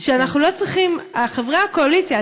חברי הקואליציה,